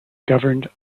governed